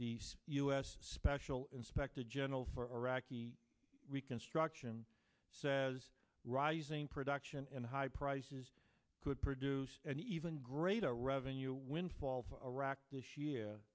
the u s special inspector general for iraqi reconstruction says rising production and high prices could produce an even greater revenue windfall for iraq this year